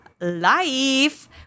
life